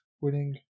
winning